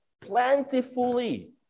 plentifully